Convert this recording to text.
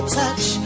touch